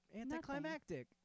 anticlimactic